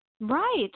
Right